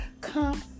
come